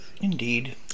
Indeed